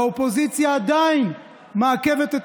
האופוזיציה עדיין מעכבת את